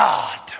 God